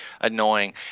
annoying